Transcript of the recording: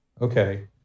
Okay